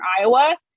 Iowa